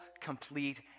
complete